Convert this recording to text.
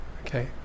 Okay